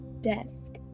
desk